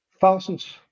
thousands